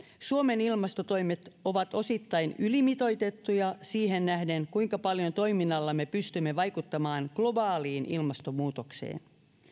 suomen ilmastotoimet ovat osittain ylimitoitettuja siihen nähden kuinka paljon toiminnallamme pystymme vaikuttamaan globaaliin ilmastonmuutokseen